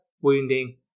wounding